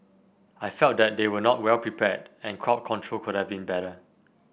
I felt that they were not well prepared and crowd control could have been better